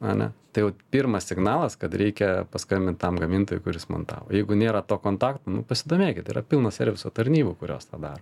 ane tai vat pirmas signalas kad reikia paskambint tam gamintojui kuris montavo jeigu nėra to kontakto pasidomėkit yra pilna serviso tarnybų kurios tą daro